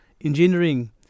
engineering